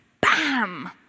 Bam